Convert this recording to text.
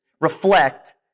reflect